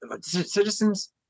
citizens